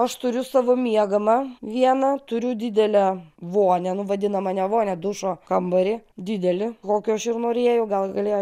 aš turiu savo miegamą vieną turiu didelę vonią nu vadinamą ne vonią dušo kambarį didelį kokio aš ir norėjau gal galėjo